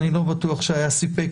אני לא בטוח שהיה סיפק